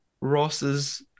Ross's